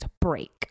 break